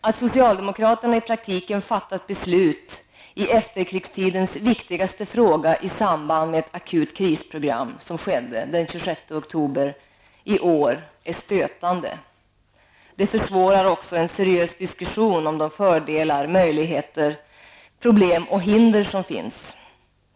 Att socialdemokraterna i praktiken fattat beslut i efterkrigstidens viktigaste fråga i samband med ett akut krisprogram, som skedde den 26 oktober i år, är stötande. Det försvårar också en seriös diskussion om de fördelar, möjligheter, problem och hinder som finns.